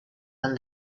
and